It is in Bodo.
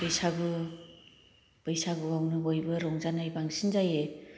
बैसागु बैसागुआवनो बयबो रंजानाय बांसिन जायो